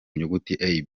nyuguti